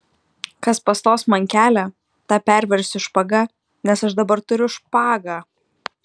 kas pastos man kelią tą perversiu špaga nes aš dabar turiu špagą